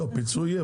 פיצוי יהיה.